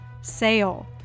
sale